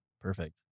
Perfect